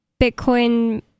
Bitcoin